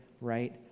right